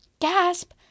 gasp